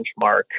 benchmark